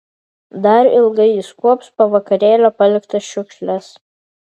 dar ilgai jis kuops po vakarėlio paliktas šiukšles